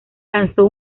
lanzó